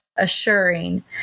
assuring